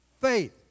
Faith